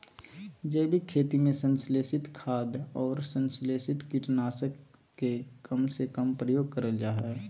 जैविक खेती में संश्लेषित खाद, अउर संस्लेषित कीट नाशक के कम से कम प्रयोग करल जा हई